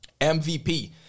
MVP